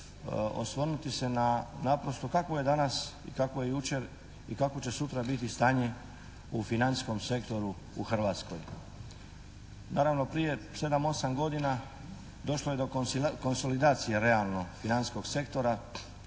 osvrnuti se na naprosto kakvo je danas i kakvo je jučer i kakvo će sutra biti stanje u financijskom sektoru u Hrvatskoj. Naravno prije sedam, osam godina došlo je do konsolidacije realno financijskog sektora,